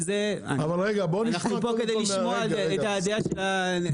אנחנו פה כדי לשמוע את הדעה של הדרג המקצועי.